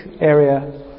area